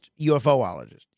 ufoologist